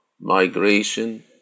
migration